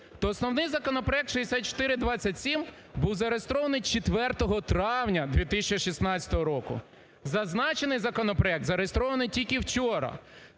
то основний законопроект 6427 був зареєстрований 4 травня 2016 року. Зазначений законопроект зареєстрований тільки вчора.